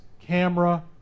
camera